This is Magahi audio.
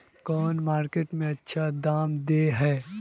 कौन मार्केट में अच्छा दाम दे है?